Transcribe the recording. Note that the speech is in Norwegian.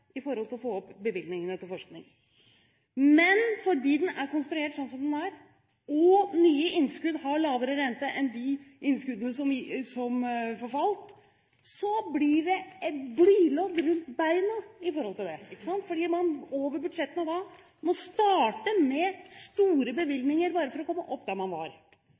i forhold til å få opp bevilgningene til forskning. Men fordi den er konstruert sånn som den er, og nye innskudd har lavere rente enn de innskuddene som forfalt, blir det et blylodd rundt beina i forhold til det, fordi man over budsjettene da må starte med store bevilgninger bare for å komme opp der man var.